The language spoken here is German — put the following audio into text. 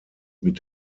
mit